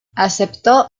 aceptó